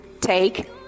take